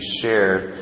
shared